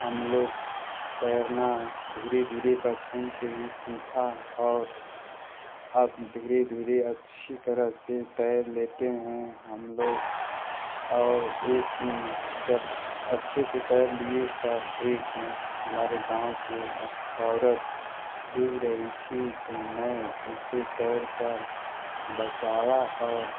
हम लोग तैरना धीरे धीरे बचपन से ही सीखा और अब धीरे धीरे अच्छी तरह से तैर लेते हैं हम लोग औउर एक जब अच्छे से तैर लिए तब एक हमारे गाँव के औरत डूब रही थी तो मैं उसे तैरकर बचाया और